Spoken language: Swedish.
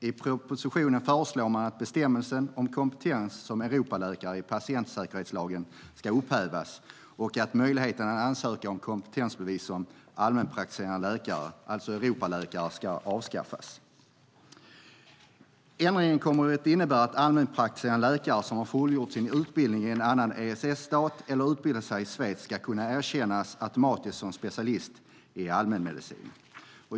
I propositionen föreslår man att bestämmelsen om kompetens som Europaläkare i patientsäkerhetslagen ska upphävas och att möjligheten att ansöka om kompetensbevis som allmänpraktiserande läkare, alltså Europaläkare, ska avskaffas. Ändringen kommer att innebära att en allmänpraktiserande läkare som har fullgjort sin utbildning i en annan EES-stat eller utbildat sig i Schweiz automatiskt ska kunna erkännas som specialist i allmänmedicin.